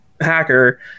hacker